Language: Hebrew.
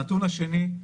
הנתון השני,